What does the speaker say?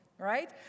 right